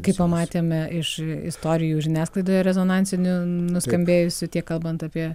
kaip pamatėme iš istorijų žiniasklaidoje rezonansinių nuskambėjusių tiek kalbant apie